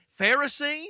Pharisee